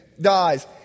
dies